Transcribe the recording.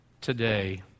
today